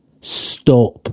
Stop